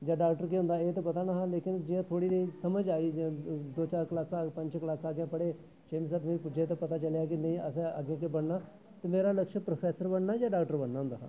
जां डाक्टर केह् होंदा एह् ते पता नहा लेकिन जियां थोह्ड़ी जेई समझ आई दो चार क्लासां पंज छे क्लासां अग्गें पढ़े छेमी सत्तमी च पुज्जे ते पता चलेआ के नेईं असें अग्गें केह् बनना ते मेरा लक्ष्य प्रोफेसर बनना जां डाक्टर बनना होंदा हा